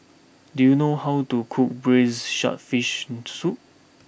do you know how to cook Braised Shark Fin Soup